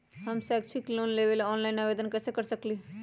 हम शैक्षिक लोन लेबे लेल ऑनलाइन आवेदन कैसे कर सकली ह?